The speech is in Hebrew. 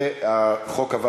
החוק עבר